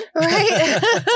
Right